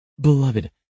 Beloved